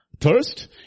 thirst